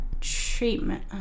treatment